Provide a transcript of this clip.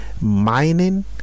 mining